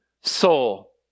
soul